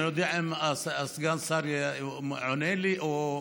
אני לא יודע אם סגן השר עונה לי או,